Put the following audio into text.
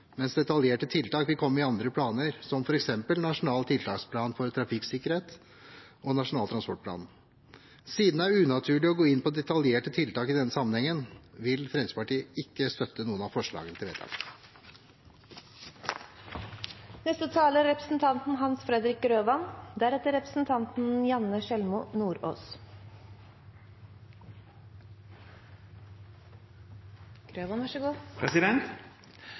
mens detaljerte tiltak vil komme i andre planer, som f.eks. Nasjonal tiltaksplan for trafikksikkerhet og Nasjonal transportplan. Siden det er unaturlig å gå inn på detaljerte tiltak i denne sammenhengen, vil Fremskrittspartiet ikke støtte noen av forslagene til vedtak. For Kristelig Folkeparti er